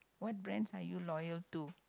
what brands are you loyal to